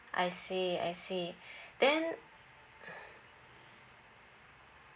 I see I see then